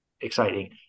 exciting